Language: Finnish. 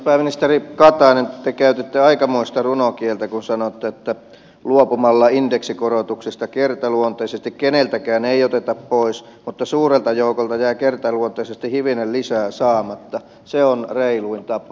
pääministeri katainen te käytitte aikamoista runokieltä kun sanoitte että luopumalla indeksikorotuksista kertaluonteisesti keneltäkään ei oteta pois mutta suurelta joukolta jää kertaluontoisesti hivenen lisää saamatta se on reiluin tapa